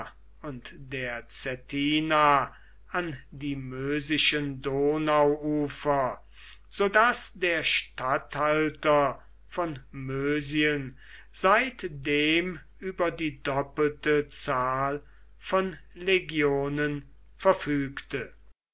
und der cettina an die möserischen donau ufer so daß der statthalter von mösien seitdem über die doppelte zahl von legionen verfügte